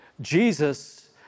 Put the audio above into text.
jesus